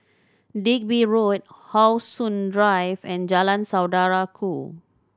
Digby Road How Sun Drive and Jalan Saudara Ku